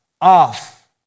off